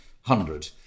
hundred